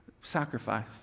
Sacrifice